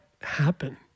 happen